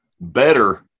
better